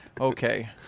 okay